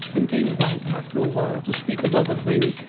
and came back after a while, to speak of other things,